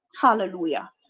Hallelujah